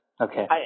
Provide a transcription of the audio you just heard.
Okay